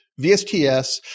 VSTS